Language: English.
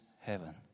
heaven